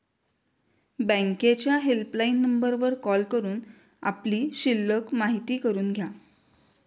बँकेच्या हेल्पलाईन नंबरवर कॉल करून आपली शिल्लक माहिती करून घ्या